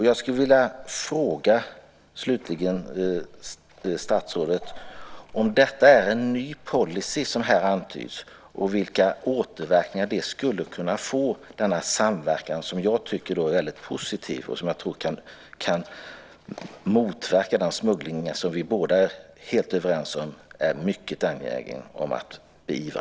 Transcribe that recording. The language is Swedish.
Jag skulle slutligen vilja fråga statsrådet om det är en ny policy som här antyds, och vilka återverkningar som denna samverkan skulle kunna få som jag tycker är väldigt positiv, och som jag tror kan motverka den smuggling som vi båda är helt överens om är mycket angelägen att beivra.